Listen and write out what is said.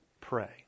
pray